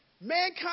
Mankind